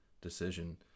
decision